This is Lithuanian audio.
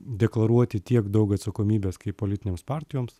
deklaruoti tiek daug atsakomybės kaip politinėms partijoms